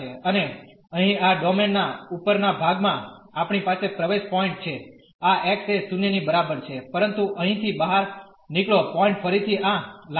અને અહીં આ ડોમેન ના ઉપરના ભાગમાં આપણી પાસે પ્રવેશ પોઇન્ટ છે આ x એ 0 ની બરાબર છે પરંતુ અહીંથી બહાર નીકળો પોઇન્ટ ફરીથી આ લાઇન છે